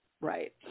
Right